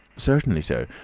certainly, sir.